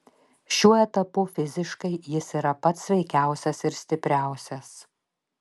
šiuo etapu fiziškai jis yra pats sveikiausias ir stipriausias